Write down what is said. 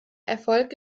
erfolg